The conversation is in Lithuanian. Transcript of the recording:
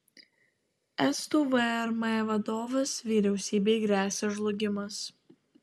estų vrm vadovas vyriausybei gresia žlugimas